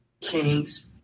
Kings